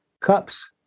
Cups